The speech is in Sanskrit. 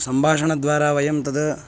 सम्भाषणद्वारा वयं तत्